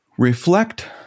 Reflect